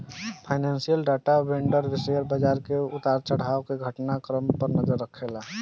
financial data vendor share बाजार के उतार चढ़ाव के घटना क्रम पर नजर रखेला